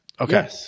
okay